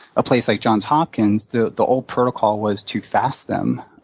a place like johns hopkins, the the old protocol was to fast them.